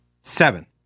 seven